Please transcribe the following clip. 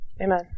Amen